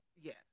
Yes